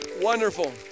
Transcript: Wonderful